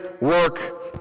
work